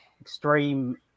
extreme